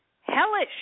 hellish